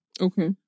Okay